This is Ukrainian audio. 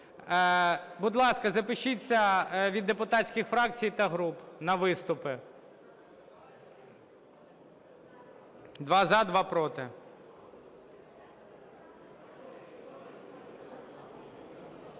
Будь ласка, запишіться від депутатських фракцій та груп на виступи. Два – за, два – проти.